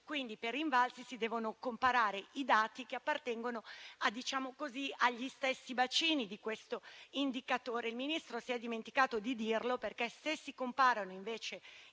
Quindi per Invalsi si devono comparare dati che appartengono, diciamo così, agli stessi bacini di questo indicatore. Il Ministro si è dimenticato di dirlo, perché se si comparano invece i